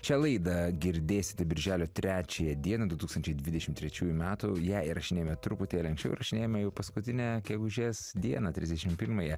šią laidą girdėsite birželio trečiąją dieną du tūkstančiai dvidešim trečiųjų metų ją įrašinėjome truputėlį anksčiau įrašinėjame jau paskutinę gegužės dieną trisdešim pirmąją